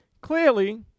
Clearly